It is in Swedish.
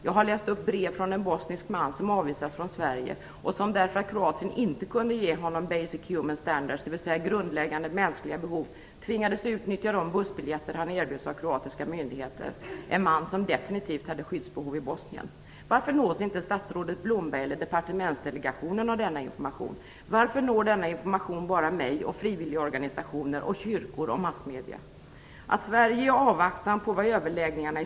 Jag har läst upp brev från en bosnisk man som avvisats från Sverige och som, därför att Kroatien inte kunde ge honom "basic human standards", dvs. tillfredsställa grundläggande mänskliga behov, tvingades utnyttja de bussbiljetter han erbjöds av kroatiska myndigheter. Det var en man som definitivt hade skyddsbehov i Bosnien. Varför nås inte statsrådet Blomberg eller departementsdelegationen av denna information? Varför når denna information bara mig och frivilligorganisationer, kyrkor och massmedier?